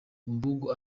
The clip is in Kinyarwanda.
mbungo